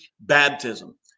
baptism